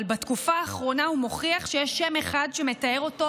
אבל בתקופה האחרונה הוא מוכיח שיש שם אחד שמתאר אותו